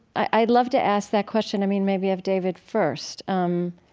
i'd love to ask that question, i mean maybe of david first um